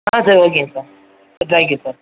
ஆ சரி ஒகேங்க சார் ஆ தேங்க்யூ சார்